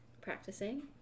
practicing